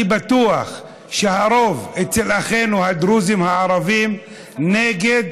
אני בטוח שהרוב אצל אחינו הדרוזים הערבים נגד